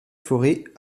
fauré